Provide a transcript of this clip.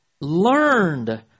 Learned